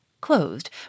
closed